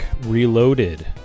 Reloaded